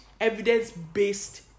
evidence-based